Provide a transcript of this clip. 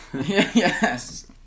Yes